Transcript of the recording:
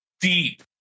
deep